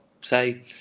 say